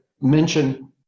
mention